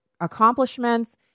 accomplishments